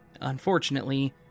Unfortunately